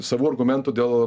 savų argumentų dėl